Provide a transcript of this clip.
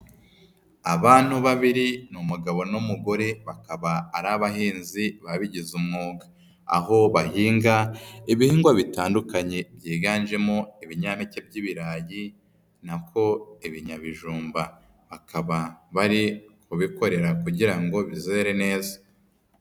Abantu babiri ni umugabo n'umugore bakaba ari abahinzi babigize umwuga, aho bahinga ibihingwa bitandukanye byiganjemo ibinyampeke by'ibirayi na ko ibinyabijumba, akaba bari kubikorera kugira ngo bizere neza.